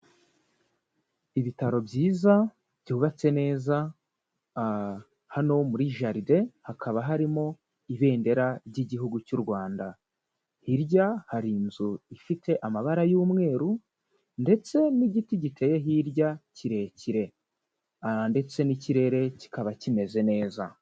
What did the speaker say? Ibitaro byiza byubatse neza, hano muri jaride hakaba harimo ibendera ry'igihugu cy'u Rwanda, hirya hari inzu ifite amabara y'umweru ndetse n'igiti giteye hirya kirekire, ndetse n'ikirere kikaba kimeze neza.